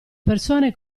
persone